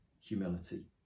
humility